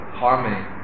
harming